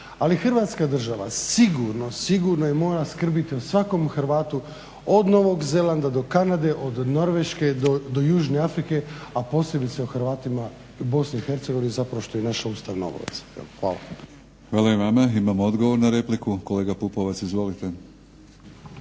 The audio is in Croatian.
Ali Hrvatska država sigurno, sigurno je morala skrbiti o svakom Hrvatu od Novog Zelanda do Kanade, od Norveške do Južne Afrike, a posebice o Hrvatima u BiH zapravo što je naša ustavna obveza. Hvala. **Batinić, Milorad (HNS)** Hvala i vama. Imamo odgovor na repliku, kolega Pupovac izvolite.